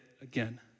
again